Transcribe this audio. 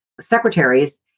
secretaries